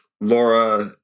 Laura